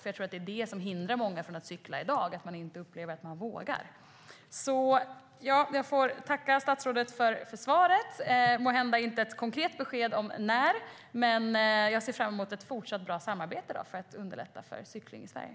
Jag tror att det är det som hindrar många från att cykla i dag: Man upplever inte att man vågar. Jag får tacka statsrådet för svaret. Det var måhända inte ett konkret besked om när, men jag ser fram emot ett fortsatt bra samarbete för att underlätta för cykling i Sverige.